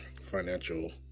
financial